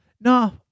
no